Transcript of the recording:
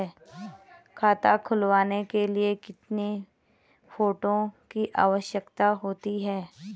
खाता खुलवाने के लिए कितने फोटो की आवश्यकता होती है?